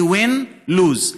היא win-lose,